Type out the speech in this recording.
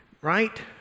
right